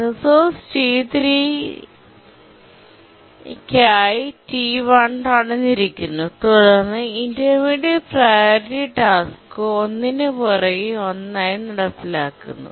resource T3 നായി T1 തടഞ്ഞിരിക്കുന്നു തുടർന്ന് ഇന്റർമീഡിയറ്റ് പ്രിയോറിറ്റി ടാസ്ക് ഒന്നിനുപുറകെ ഒന്നായി നടപ്പിലാക്കുന്നു